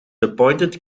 appointed